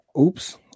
Oops